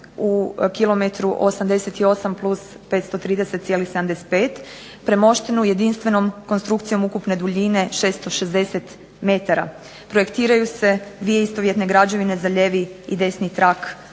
u kilometru 88+530,75 premoštenu jedinstvenom konstrukcijom ukupne duljine 660 metara. Projektiraju se dvije istovjetne građevine za lijevi i desni trak